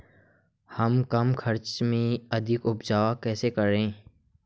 हम कम खर्च में अधिक उपज कैसे करें?